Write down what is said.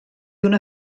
una